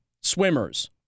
swimmers